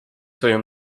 своем